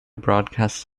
broadcast